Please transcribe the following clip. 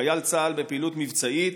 חייל בפעילות מבצעית,